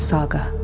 Saga